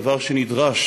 דבר שנדרש